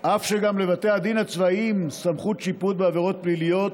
אף שגם לבתי הדין הצבאיים יש סמכות שיפוט בעבירות פליליות,